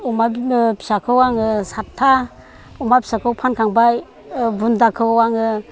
अमा फिसाखौ आङो सातथा अमा फिसाखौ फानखांबाय बुन्दाखौ आङो